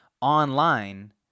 online